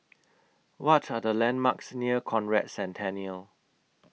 What Are The landmarks near Conrad Centennial